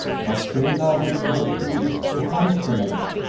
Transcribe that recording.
but say thou which of the two is the handsomer?